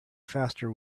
faster